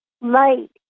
light